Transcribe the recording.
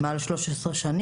מעל 13 שנים,